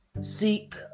seek